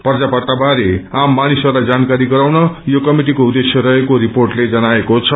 पर्जापट्टा बारे आम मानिसहरूलाई जानकारी गराउन यो कमिटिको उद्देश्य रहेको रिपोर्टले जनाएको छ